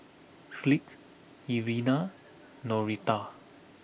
Fleet Irena Noretta